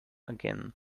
again